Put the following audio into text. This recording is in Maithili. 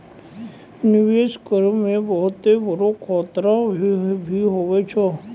निवेश करै मे बहुत बड़ो खतरा भी हुवै छै